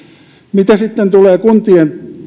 mitä sitten tulee kuntien